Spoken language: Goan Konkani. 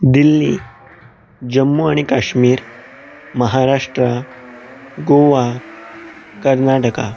दिल्ली जम्मू आनी काश्मीर महाराष्ट्रा गोवा कर्नांटका